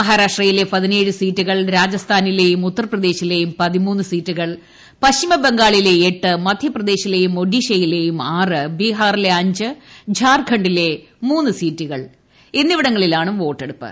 മഹാരാഷ്ട്രയിലെ സീറ്റുകൾ രാജസ്ഥാനിലെയും ഉത്തർപ്രദേശിലെയും സീറ്റുകൾ പശ്ചിമബംഗാളിലെ എട്ട് മധ്യപ്രദേശിലെയും ഒഡ്ീഷ്യിലെയും ആറ് ബീഹാറിലെ അഞ്ച് ഛാർഖണ്ഡിലെ മൂന്ന് സീറ്റുകൾ എന്നിവിടങ്ങളിലാണ് വോട്ടെടുപ്പ്